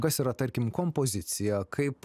kas yra tarkim kompozicija kaip